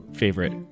favorite